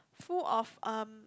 full of um